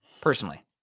personally